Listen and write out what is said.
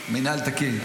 מינהל תקין.